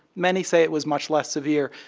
many say it was much less severe.